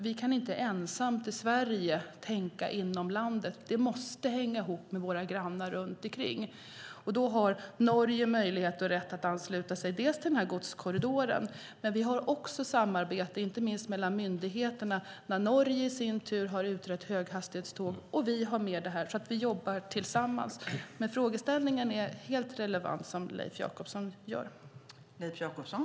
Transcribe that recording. Vi kan ju inte ensamma i Sverige tänka inom landet, utan det måste hänga ihop med våra grannar runt omkring. Då har Norge möjlighet och rätt att ansluta sig till godskorridoren, men vi har också samarbete mellan myndigheterna när Norge har utrett höghastighetståg och vi har med detta. Vi jobbar alltså tillsammans. Men Leif Jakobssons frågeställning är helt relevant.